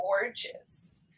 gorgeous